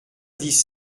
dix